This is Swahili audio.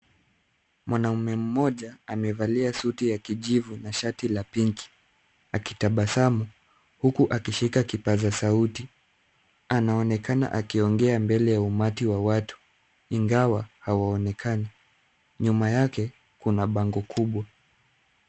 Mwanamme mmoja amevalia suti ya kijivu na shati la pinki , akitabasamu huku akishika kipaza sauti. Anaonekana akiongea mbele ya umati wa watu ingawa hawaonekani. Nyuma yake kuna bango kubwa.